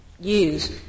use